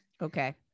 Okay